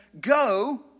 go